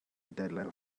deadline